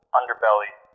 underbelly